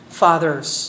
fathers